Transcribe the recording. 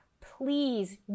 Please